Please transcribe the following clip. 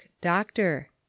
doctor